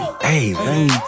Hey